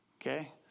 okay